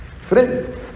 friend